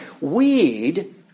weed